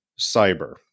cyber